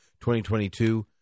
2022